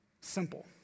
Simple